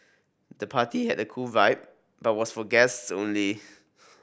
the party had a cool vibe but was for guests only